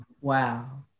Wow